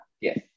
Yes